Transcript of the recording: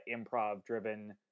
improv-driven